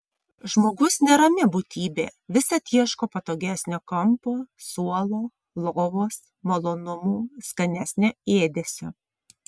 žmogus nerami būtybė visad ieškojo patogesnio kampo suolo lovos malonumų skanesnio ėdesio